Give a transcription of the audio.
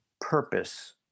purpose